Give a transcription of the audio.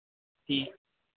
ठीक